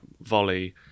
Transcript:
volley